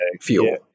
fuel